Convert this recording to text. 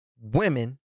women